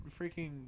freaking